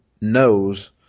knows